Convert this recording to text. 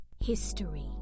history